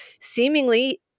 seemingly